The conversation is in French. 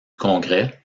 congrès